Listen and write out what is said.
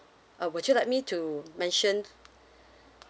uh would you like me to mention